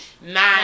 nine